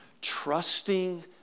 trusting